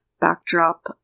backdrop